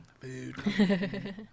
food